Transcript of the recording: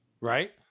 right